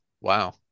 Wow